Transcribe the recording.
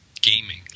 gaming